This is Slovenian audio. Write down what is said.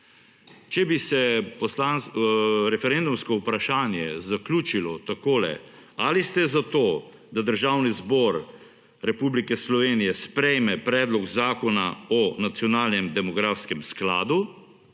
Če bi se referendumsko vprašanje zaključilo takole - ali ste za to, da Državni zbor Republike Slovenije sprejme Predlog Zakona o nacionalnem demografskem skladu,